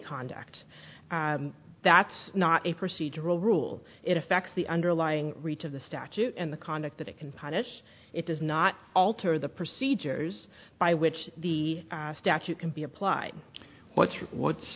conduct that's not a procedural rule it affects the underlying reach of the statute and the conduct that it can punish it does not alter the procedures by which the statute can be applied what